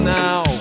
now